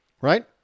Right